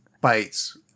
bites